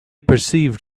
perceived